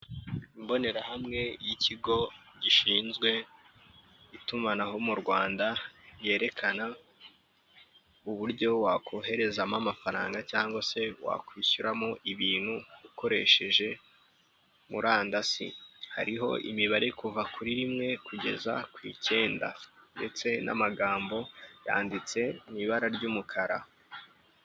Imbonerahamwe y'ikigo gishinzwe itumanaho mu Rwanda yerekana uburyo wakoherezamo amafaranga cyangwa se wakwishyuramo ibintu ukoresheje murandasi. Hariho imibare kuva kuri rimwe kugeza ku icyenda, ndetse n'amagambo yanditse mu ibara ry'umukara.